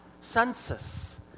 census